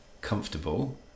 comfortable